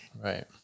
Right